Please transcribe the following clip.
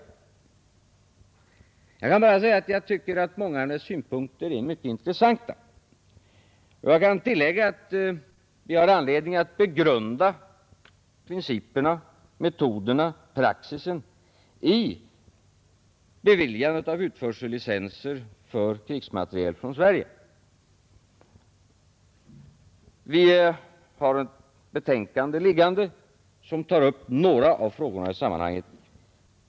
Jag kan bara säga att jag tycker att många av hennes synpunkter är intressanta. Jag kan tillägga att vi har anledning att begrunda principerna, metoderna och praxisen vid beviljandet av utförsellicenser för krigsmateriel från Sverige. Vi har ett betänkande liggande som tar upp några av frågorna i sammanhanget.